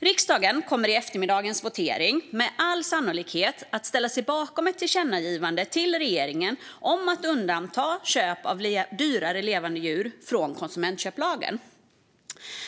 Riksdagen kommer vid eftermiddagens votering med all sannolikhet att ställa sig bakom ett tillkännagivande till regeringen om att undanta köp av dyrare levande djur från konsumentköplagen.